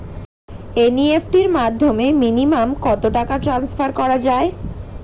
NEFT র মাধ্যমে minimum কত টাকা ট্রান্সফার করা যায়?